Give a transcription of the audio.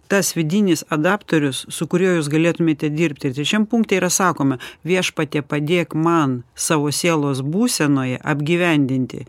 tas vidinis adaptorius su kuriuo jūs galėtumėte dirbti ir trečiam punkte yra sakoma viešpatie padėk man savo sielos būsenoj apgyvendinti